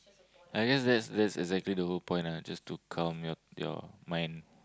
I guess that's that's exactly the whole point ah just to calm your your mind